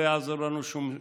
לא יעזור לנו שום דבר.